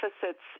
deficits